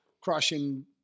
crushing